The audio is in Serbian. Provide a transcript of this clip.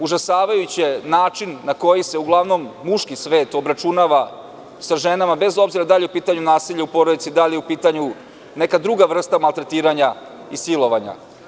Užasavajući je način na koji se uglavnom muški svet obračunava sa ženama, bez obzira da li je u pitanju nasilje u porodici, da li je u pitanju neka druga vrsta maltretiranja i silovanja.